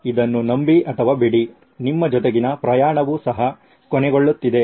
ಇದನ್ನು ನಂಬಿ ಅಥವಾ ಬಿಡಿ ನಿಮ್ಮ ಜೊತೆಗಿನ ಪ್ರಯಾಣವು ಸಹ ಕೊನೆಗೊಳ್ಳುತ್ತಿದೆ